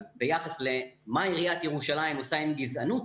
ביחס למה עיריית ירושלים עושה עם גזענות,